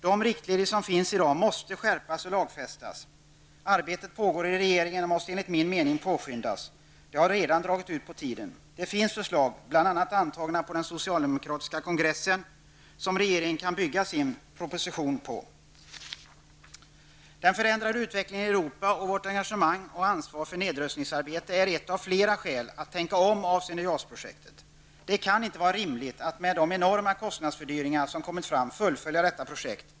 De riktlinjer som finns i dag måste skärpas och lagfästas. Arbetet pågår i regeringen och måste enligt min mening påskyndas. Det har redan dragit ut på tiden. Det finns förslag, bl.a. antagna på den socialdemokratiska kongressen, som regeringen kan bygga sin proposition på. Den förändrade utvecklingen i Europa och vårt engagemang och ansvar för nedrustningsarbete är några skäl för att tänka om avseende JAS projektet. Det kan inte vara rimligt att man med tanke på de enorma kostnadsfördyringar som kommit fram fullfölja detta projekt.